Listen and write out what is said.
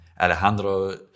Alejandro